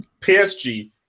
PSG